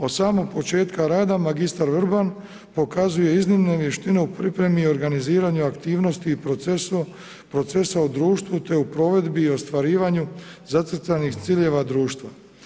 Od samog početka rada mr. Vrban pokazuje iznimne vještine u pripremi i organiziranju aktivnosti i procesa u društvu te u provedbi u ostvarivanju zacrtanih ciljeva društva.